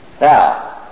now